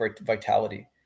vitality